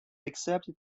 accepted